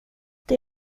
det